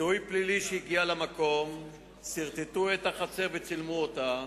אנשי זיהוי פלילי שהגיעו למקום סרטטו את החצר וצילמו אותה.